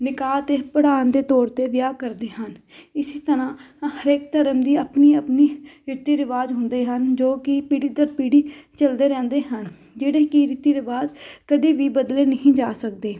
ਨਿਕਾਹ ਅਤੇ ਪੜਾਣ ਦੇ ਤੌਰ 'ਤੇ ਵਿਆਹ ਕਰਦੇ ਹਨ ਇਸੇ ਤਰ੍ਹਾਂ ਹਰੇਕ ਧਰਮ ਦੀ ਆਪਣੀ ਆਪਣੀ ਰੀਤੀ ਰਿਵਾਜ ਹੁੰਦੇ ਹਨ ਜੋ ਕਿ ਪੀੜੀ ਦਰ ਪੀੜੀ ਚੱਲਦੇ ਰਹਿੰਦੇ ਹਨ ਜਿਹੜੇ ਕਿ ਰੀਤੀ ਰਿਵਾਜ ਕਦੇ ਵੀ ਬਦਲੇ ਨਹੀਂ ਜਾ ਸਕਦੇ